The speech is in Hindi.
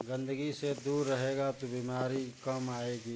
गंदगी से दूर रहेगा तो बीमारी कम आएगी